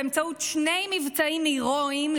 באמצעות שני מבצעים הירואיים,